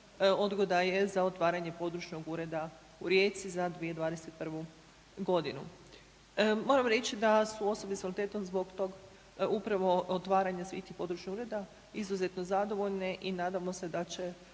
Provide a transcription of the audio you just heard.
odgoda je za otvaranjem područnog ureda u Rijeci za 2021. godinu. Moram reći da su osobe s invaliditetom zbog tog upravo otvaranja svih tih područnih ureda izuzetno zadovoljne i nadamo se da će